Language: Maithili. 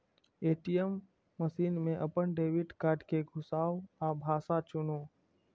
ए.टी.एम मशीन मे अपन डेबिट कार्ड कें घुसाउ आ भाषा चुनू